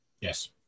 Yes